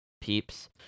peeps